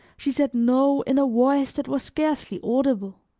she said no, in a voice that was scarcely audible